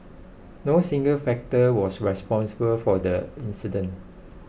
no single factor was responsible for the incident